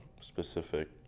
specific